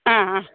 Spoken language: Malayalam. ആ ആ